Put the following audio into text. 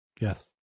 Yes